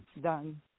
done